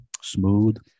Smooth